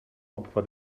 opfer